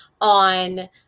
on